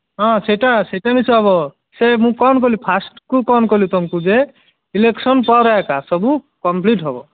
ହଁ ସେଟା ସେଇଟା ନିଶ୍ଚୟ ହେବ ସେ ମୁଁ କ'ଣ କହିଲି ଫାଷ୍ଟ୍କୁ କ'ଣ କହିଲି ତୁମକୁ ଯେ ଇଲେକ୍ସନ୍ ପରେ ଏକା ସବୁ କମ୍ପ୍ଲିଟ୍ ହେବ